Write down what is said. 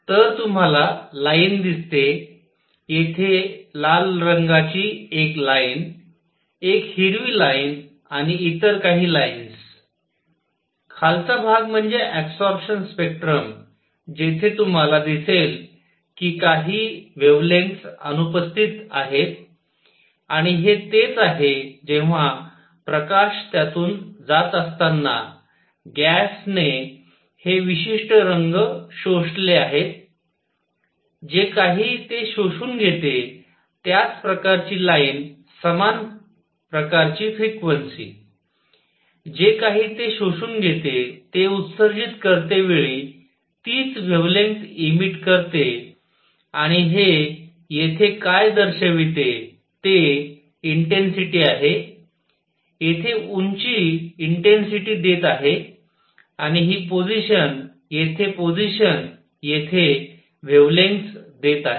तर तुम्हाला लाइन दिसते येथे लाल रंगाची एक लाइन एक हिरवी लाइन आणि इतर काही लाइन्स खालचा भाग म्हणजे अबसॉरपशन स्पेक्ट्रम जेथे तुम्हाला दिसेल की काही वेव्हलेंग्थस अनुपस्थित आहेत आणि हे तेच आहे जेव्हा प्रकाश त्यातून जात असताना गॅस ने हे विशिष्ट रंग शोषले आहेत जे काही ते शोषून घेते त्याच प्रकारची लाइन समान प्रकारची फ्रिक्वेन्सी जे काही ते शोषून घेते ते उत्सर्जित करतेवेळी तीच वेव्हलेंग्थस इमिट करते आणि हे येथे काय दर्शवते ते इंटेन्सिटी आहे येथे उंची इंटेन्सिटी देत आहे आणि ही पोजिशन येथे पोजिशन येथे वेव्हलेंग्थस देत आहे